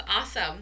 awesome